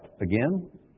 again